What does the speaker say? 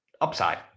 upside